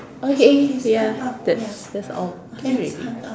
okay ya that's that's all can already